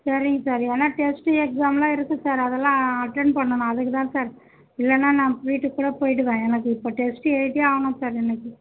சரிங் சார் ஏன்னால் டெஸ்ட்டு எக்ஸாமெலாம் இருக்குது சார் அதெல்லாம் அட்டென்ட் பண்ணணும் அதுக்கு தான் சார் இல்லைனா நான் வீட்டுக்கூட போய்விடுவேன் எனக்கு இப்போ டெஸ்ட்டு எழுதியே ஆகணும் சார் இன்னிக்கு